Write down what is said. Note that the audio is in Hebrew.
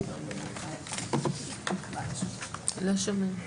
לא שומעים,